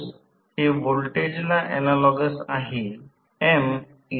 समतुल्य सर्किट बनवा हे r1 आहे हे x1 आहे आणि हे Rf आहे आणि हे x f आहे